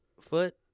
foot